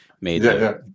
made